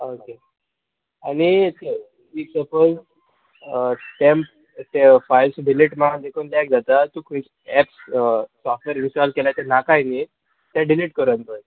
okay आनी if suppose stamp ते files delete मार देखून लॅक जाता तूं खंय एप्स सॉफ्टवॅर इंस्टॉल केल्या तें नाकाय न्ही तें डिलीट कर आनी पय